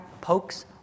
pokes